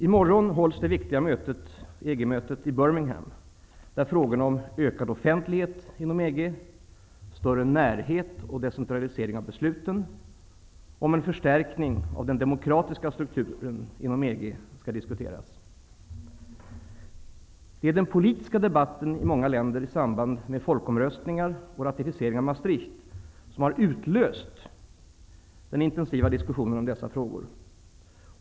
I morgon hålls det viktiga EG-mötet i EG, större närhet och decentralisering av besluten och om en förstärkning av den demokratiska strukturen inom EG skall diskuteras. Det är den politiska debatten i många länder i samband med folkomröstningar och ratificeringen av Maastrichtavtalet som har utlöst den intensiva diskussionen om dessa frågor.